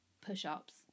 push-ups